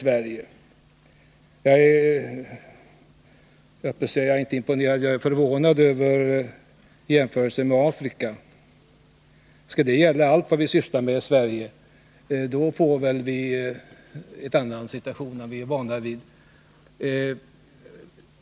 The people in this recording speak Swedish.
Jag är förvånad över jämförelsen med Afrika. Skall detta resonemang gälla allt vad vi sysslar med i Sverige? I så fall får vi en annan situation än den som vi är vana vid.